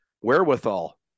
wherewithal